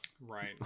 right